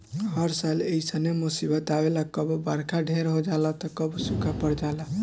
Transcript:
हर साल ऐइसने मुसीबत आवेला कबो बरखा ढेर हो जाला त कबो सूखा पड़ जाला